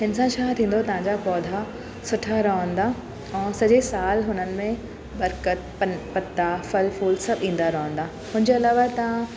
हिन सां छा थींदो तव्हांजा पौधा सुठा रहंदा ऐं सॼे सालु हुननि में बरक़त पन पता फलु फूलु सभु ईंदा रहंदा हुनजे अलावा तव्हां